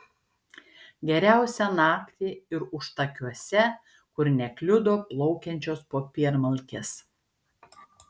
geriausia naktį ir užtakiuose kur nekliudo plaukiančios popiermalkės